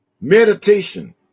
meditation